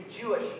Jewish